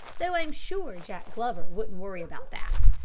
though i'm sure jack glover wouldn't worry about that.